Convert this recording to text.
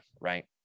right